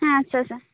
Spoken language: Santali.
ᱦᱮᱸ ᱟᱪᱪᱷᱟ